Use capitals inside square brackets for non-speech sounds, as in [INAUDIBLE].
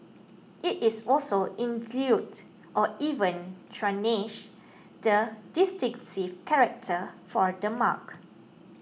it is also [UNINTELLIGIBLE] or even tarnish the distinctive character for the mark